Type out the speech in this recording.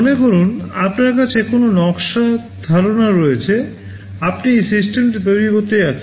মনে করুন আপনার কাছে কোনও নকশা ধারণা রয়েছে আপনি সিস্টেমটি তৈরি করতে যাচ্ছেন